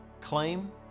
claim